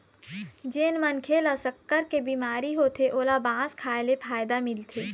जेन मनखे ल सक्कर के बिमारी होथे ओला बांस खाए ले फायदा मिलथे